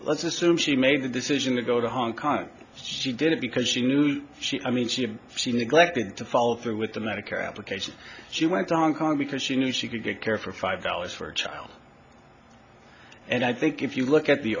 let's assume she made the decision to go to hong kong she did it because she knew she i mean she neglected to follow through with the medicare application she went wrong because she knew she could get care for five dollars for a child and i think if you look at the